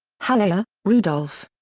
haller, rudolf.